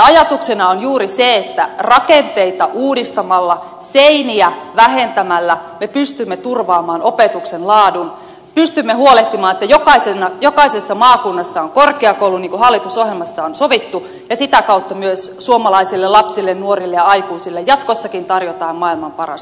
ajatuksena on juuri se että rakenteita uudistamalla seiniä vähentämällä me pystymme turvaamaan opetuksen laadun pystymme huolehtimaan että jokaisessa maakunnassa on korkeakoulu niin kuin hallitusohjelmassa on sovittu ja sitä kautta myös suomalaisille lapsille nuorille ja aikuisille jatkossakin tarjotaan maailman parasta opetusta